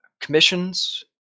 commissions